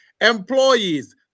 Employees